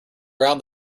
around